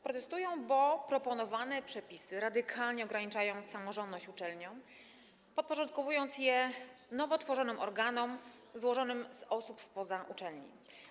Protestują, bo proponowane przepisy radykalnie ograniczają samorządność uczelniom, podporządkowując je nowo tworzonym organom złożonym z osób spoza uczelni.